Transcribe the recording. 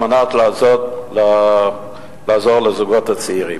על מנת לעזור לזוגות הצעירים.